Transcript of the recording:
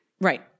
Right